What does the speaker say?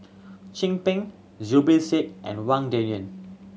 Chin Peng Zubir Said and Wang Dayuan